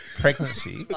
pregnancy